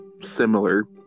similar